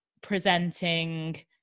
presenting